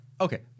Okay